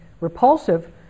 repulsive